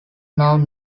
known